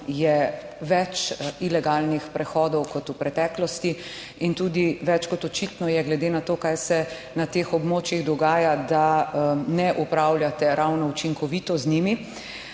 je več ilegalnih prehodov kot v preteklosti in tudi več kot očitno je, glede na to kaj se na teh območjih dogaja, da ne upravljate ravno učinkovito z njimi.